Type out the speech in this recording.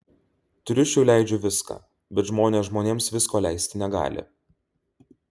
triušiui leidžiu viską bet žmonės žmonėms visko leisti negali